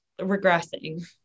regressing